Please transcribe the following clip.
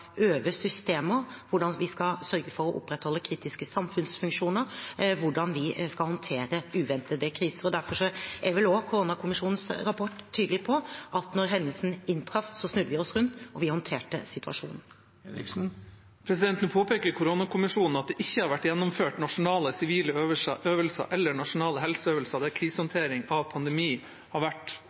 øve systemer, hvordan vi skal sørge for å opprettholde kritiske samfunnsfunksjoner, hvordan vi skal håndtere uventede kriser. Derfor er vel også koronakommisjonens rapport tydelig på at da hendelsen inntraff, snudde vi oss rundt og håndterte situasjonen. Nå påpeker koronakommisjonen at det ikke har vært gjennomført nasjonale sivile øvelser eller nasjonale helseøvelser hvor krisehåndtering av pandemi har vært